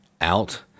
out